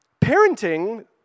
parenting